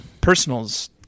personals